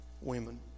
women